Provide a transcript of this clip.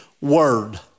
word